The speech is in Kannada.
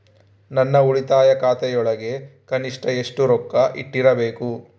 ನನ್ನ ಉಳಿತಾಯ ಖಾತೆಯೊಳಗ ಕನಿಷ್ಟ ಎಷ್ಟು ರೊಕ್ಕ ಇಟ್ಟಿರಬೇಕು?